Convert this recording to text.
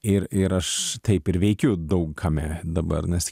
ir ir aš taip ir veikiu daug kame dabar nes